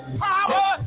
power